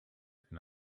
and